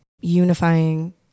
unifying